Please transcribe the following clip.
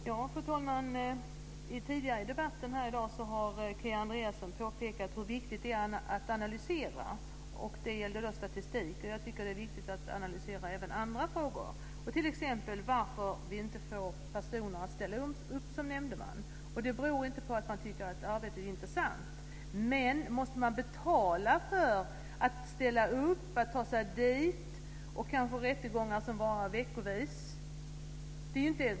Fru talman! Kia Andreasson har tidigare i debatten här i dag pekat på hur viktigt det är att analysera. Det gällde då statistik, men jag tycker att det är viktigt att analysera även andra frågor. Det gäller t.ex. varför vi inte får personer att ställa upp som nämndemän. Det beror inte på att de inte tycker att arbetet är intressant. Men om man måste betala för att ställa upp, för att ta sig till platsen och om rättegångarna varar veckovis så är detta inte rimligt.